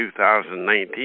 2019